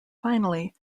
finally